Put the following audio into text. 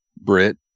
Brit